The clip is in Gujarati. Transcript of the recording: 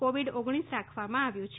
કોવિડ રાખવામાં આવ્યું છે